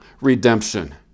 redemption